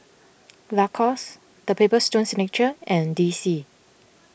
Lacoste the Paper Stone Signature and D C